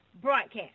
broadcast